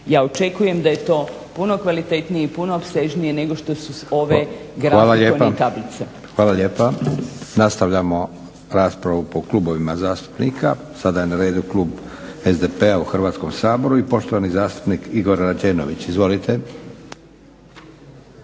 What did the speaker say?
ja očekujem da je to puno kvalitetnije i puno opsežnije nego što su ovi grafikoni i tablice. **Leko, Josip (SDP)** Hvala lijepa. Nastavljamo raspravu po klubovima zastupnika. Sada je na redu klub SDP-a u Hrvatskom saboru i poštovani zastupnik Igor Rađenović. Izvolite.